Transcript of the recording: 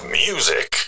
music